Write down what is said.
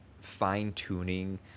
fine-tuning